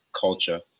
culture